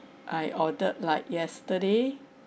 I ordered like yesterday